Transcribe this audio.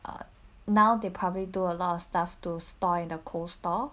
uh now they probably do a lot of staff to store in the cold store